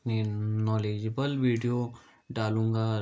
अपने knowledgeable video डालूँगा